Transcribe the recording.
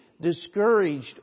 Discouraged